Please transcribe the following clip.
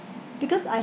because I